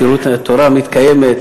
מסירות התורה מתקיימת,